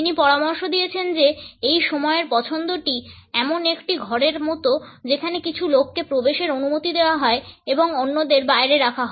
তিনি পরামর্শ দিয়েছেন যে এই সময়ের পছন্দটি এমন একটি ঘরের মতো যেখানে কিছু লোককে প্রবেশের অনুমতি দেওয়া হয় এবং অন্যদের বাইরে রাখা হয়